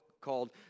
called